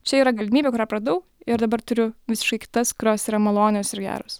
čia yra galimybė kurią praradau ir dabar turiu visiškai kitas kurios yra malonios ir geros